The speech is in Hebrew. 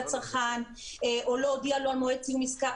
לצרכן או לא הודיע לו על מועד סיום עסקה.